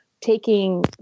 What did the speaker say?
taking